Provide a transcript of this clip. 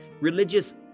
religious